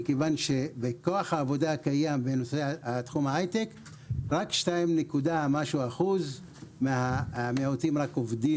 מכיוון שבכוח העבודה הקיים בהייטק רק קצת יותר מ-2% עם ממגזר המיעוטים.